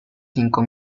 cinco